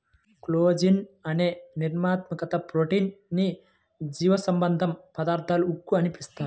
collagen అనే నిర్మాణాత్మక protein ని జీవసంబంధ పదార్థాల ఉక్కు అని పిలుస్తారు